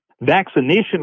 vaccination